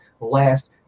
last